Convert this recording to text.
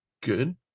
good